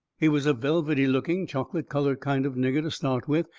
he was a velvety-looking, chocolate-coloured kind of nigger to start with,